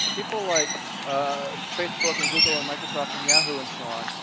people, like ah facebook and google and microsoft and yahoo and so on,